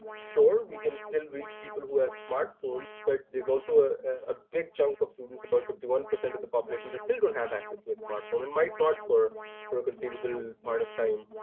sure, we can still reach people who have ah smartphones. but there's also ah a big chunk of students, about fifty one percent of the population that still don't have access to a smartphone and might not for for a conceivable part of time.